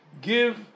give